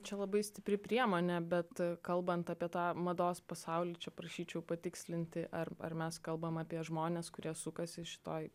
čia labai stipri priemonė bet kalbant apie tą mados pasaulį čia prašyčiau patikslinti ar ar mes kalbam apie žmones kurie sukasi šitoj